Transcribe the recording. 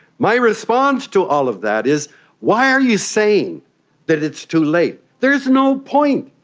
my response to all of that is why are you saying that it's too late? there's no point.